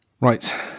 Right